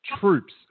Troops